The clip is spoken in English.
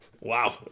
Wow